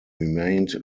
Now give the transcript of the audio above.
remained